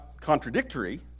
contradictory